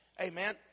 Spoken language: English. Amen